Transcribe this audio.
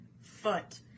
foot